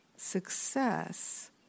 Success